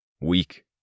Weak